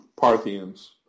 Parthians